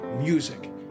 music